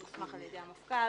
שהוסמך על ידי המפכ"ל.